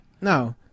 no